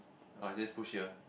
oh it says push here